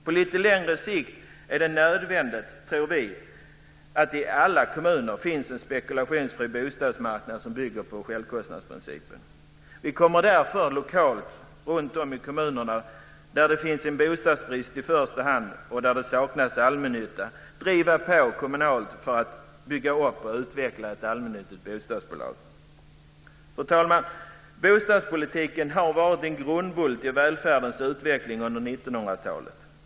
På lite längre sikt är det nödvändigt, tror vi, att det i alla kommuner finns en spekulationsfri bostadsmarknad som bygger på självkostnadsprincipen. Vi kommer att i de kommuner där det finns bostadsbrist och saknas allmännytta driva på för att bygga upp ett allmännyttigt bostadsbolag. Fru talman! Bostadspolitiken har varit en grundbult i välfärdens utveckling under 1900-talet.